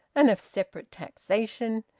and of separate taxation,